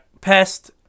Pest